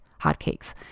hotcakes